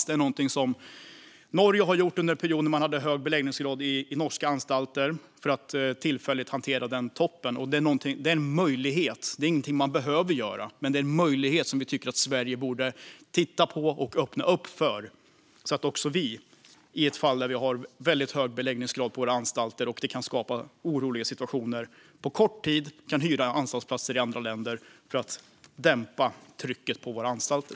Detta är något som Norge har gjort under en period när de hade hög beläggningsgrad på norska anstalter, för att tillfälligt hantera den toppen. Det är en möjlighet. Det är inget som man behöver göra, men vi tycker att Sverige borde titta på och öppna upp för denna möjlighet så att också vi, i ett läge med en väldigt hög beläggningsgrad på våra anstalter som kan skapa oroliga situationer, på kort tid kan hyra anstaltsplatser i andra länder för att dämpa trycket på våra anstalter.